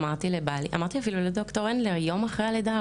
אמרתי גם לדר' הנדלר יום אחרי הלידה,